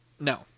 No